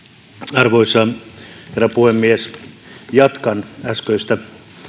arvoisa herra puhemies jatkan äskeisestä